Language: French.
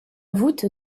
voûte